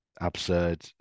absurd